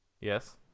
Yes